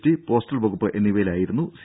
T postal വകുപ്പ് എന്നിവയിലായിരുന്നു C